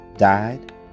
died